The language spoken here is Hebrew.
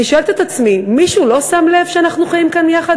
אני שואלת את עצמי: מישהו לא שם לב שאנחנו חיים כאן יחד,